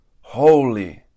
Holy